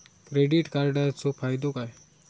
Credit कार्डाचो फायदो काय?